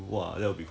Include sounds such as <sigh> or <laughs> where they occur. <laughs>